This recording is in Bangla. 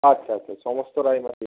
আচ্ছা আচ্ছা সমস্ত রায় মার্টিন